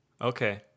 Okay